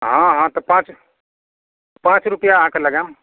हँ हँ तऽ पाँच पाँच रुपआ अहाँकऽ लगाएम